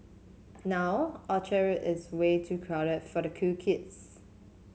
now Orchard Road is way too crowded for the cool kids